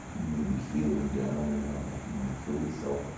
you may be feeling down and out like you wanna kill yourself.